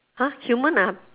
!huh! human are